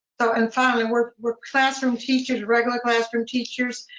so and finally, were were classroom teachers, regular classroom teachers,